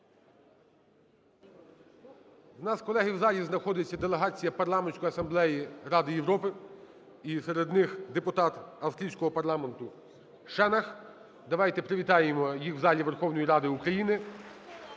В нас, колеги, в залі знаходиться делегація Парламентської Асамблеї Ради Європи і серед них депутат австрійського парламенту Шенах. Давайте привітаємо їх в залі Верховної Ради України,